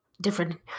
different